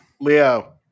Leo